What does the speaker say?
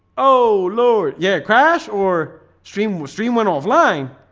oh lord yeah crash or stream with stream went offline